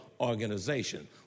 organization